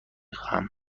خواهم